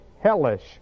hellish